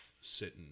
sitting